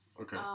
Okay